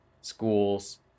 schools